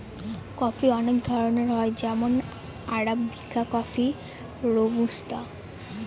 coffee অনেক ধরনের হয় যেমন আরাবিকা কফি, রোবুস্তা